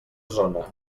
zona